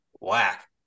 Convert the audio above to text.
whack